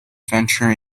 venture